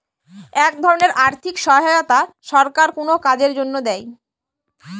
এক ধরনের আর্থিক সহায়তা সরকার কোনো কাজের জন্য দেয়